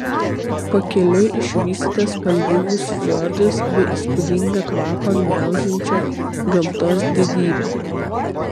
pakeliui išvysite spalvingus fjordus bei įspūdingą kvapą gniaužiančią gamtos didybę